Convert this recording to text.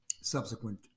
subsequent